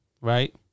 right